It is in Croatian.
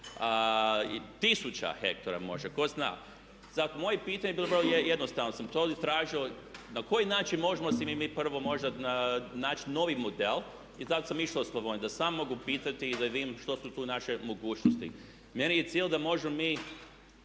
tisuća hektara možda tko zna. Moje pitanje je bilo vrlo jednostavno, ja sam tražio na koji način možemo si mi prvo možda naći novi model i zato sam i išao u Slavoniju da sam mogu pitati i da vidim što su tu naše mogućnosti. Meni je cilj da možemo mi